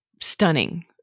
stunning